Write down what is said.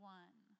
one